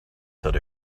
said